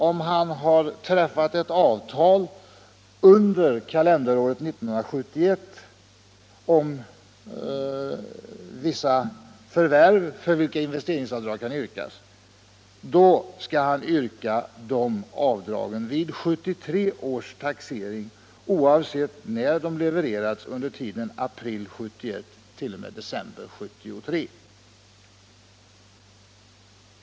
Om han träffat ett avtal under kalenderåret 1971 om vissa förvärv för vilka investeringsavdrag kan yrkas, då skall han yrka de avdragen vid 1973 års taxering, oavsett när leveranserna ägt rum under tiden april 1971-december 1973.